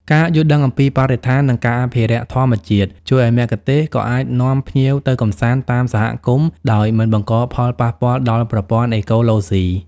ការយល់ដឹងអំពីបរិស្ថាន និងការអភិរក្សធម្មជាតិ ជួយឱ្យមគ្គុទ្ទេសក៍អាចនាំភ្ញៀវទៅកម្សាន្តតាមសហគមន៍ដោយមិនបង្កផលប៉ះពាល់ដល់ប្រព័ន្ធអេកូឡូស៊ី។